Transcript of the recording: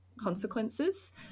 consequences